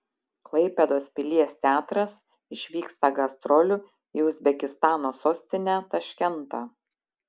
klaipėdos pilies teatras išvyksta gastrolių į uzbekistano sostinę taškentą